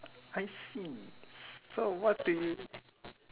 I see so what do you